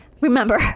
Remember